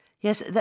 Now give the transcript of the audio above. Yes